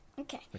Okay